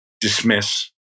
dismiss